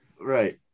Right